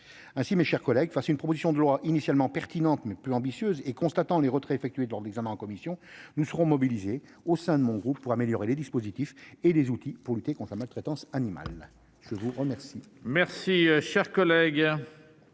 sens. Mes chers collègues, face à une proposition de loi initialement pertinente, mais peu ambitieuse, et constatant les reculs actés lors de l'examen en commission, nous nous mobiliserons, au sein de mon groupe, pour améliorer les dispositifs et les outils de lutte contre la maltraitance animale. La parole